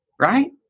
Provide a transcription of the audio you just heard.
right